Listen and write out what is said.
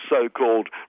so-called